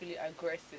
aggressive